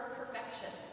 perfection